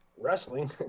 wrestling